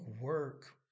work